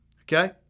okay